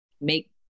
make